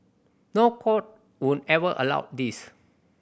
no court would ever allow this